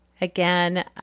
Again